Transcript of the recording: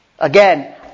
Again